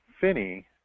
Finney